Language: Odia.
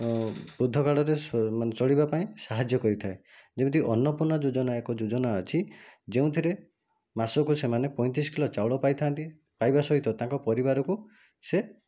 ବୃଦ୍ଧ କାଳରେ ଚଳିବା ପାଇଁ ସାହାଯ୍ୟ କରିଥାଏ ଯେମିତି ଅନ୍ନପୂର୍ଣ୍ଣା ଯୋଜନା ଏକ ଯୋଜନା ଅଛି ଯେଉଁଥିରେ ମାସକୁ ସେମାନେ ପଇଁତିରିଶ କିଲୋ ଚାଉଳ ପାଇଥାନ୍ତି ପାଇବା ସହିତ ତାଙ୍କ ପରିବାରକୁ ସେ